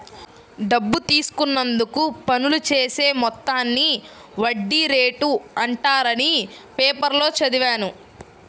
డబ్బు తీసుకున్నందుకు వసూలు చేసే మొత్తాన్ని వడ్డీ రేటు అంటారని పేపర్లో చదివాను